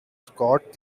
scott